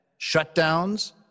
shutdowns